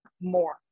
more